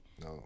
No